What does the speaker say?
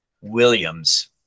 Williams